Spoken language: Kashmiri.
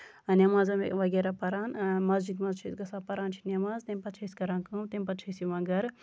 نیمازا وغیرہ پَران مَسجِد منٛز چھِ أسۍ گژھان پَران نیماز تَمہِ پَتہٕ چھِ أسۍ کران کٲم تَمہِ پتہٕ چھِ أسۍ یِوان گرٕ